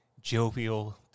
jovial